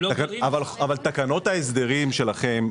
תקנות ההסדרים שלכם,